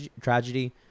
tragedy